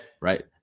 Right